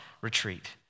retreat